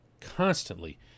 constantly